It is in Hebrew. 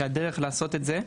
שהדרך לעשות את זה,